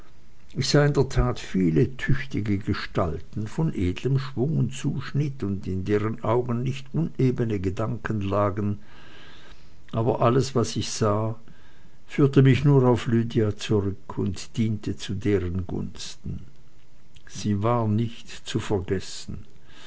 ich sah in der tat viele tüchtige gestalten von edlem schwung und zuschnitt und in deren augen nicht unebene gedanken lagen aber alles was ich sah führte mich nur auf lydia zurück und diente zu deren gunsten sie war nicht zu vergessen